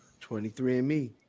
23andme